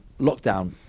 lockdown